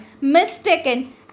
mistaken